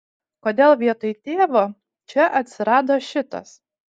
kodėl vietoj tėvo čia atsirado šitas